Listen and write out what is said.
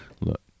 Look